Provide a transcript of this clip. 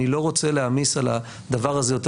אני לא רוצה להעמיס על הדבר הזה יותר